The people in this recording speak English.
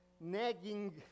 nagging